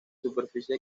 superficie